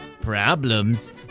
problems